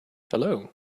hello